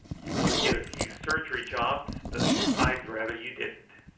you want to get a few surgery jobs, but i'd rather you didn't.